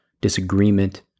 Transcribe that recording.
disagreement